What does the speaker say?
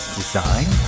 design